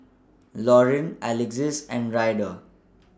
Lauren Alexis and Ryder